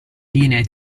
linee